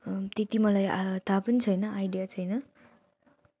त्यति मलाई आ थाहा पनि छैन आइडिया छैन